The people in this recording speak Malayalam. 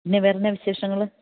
പിന്നെ വേറെയെന്താണ് വിശേഷങ്ങള്